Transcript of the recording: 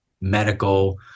medical